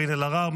קארין אלהרר,